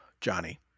Johnny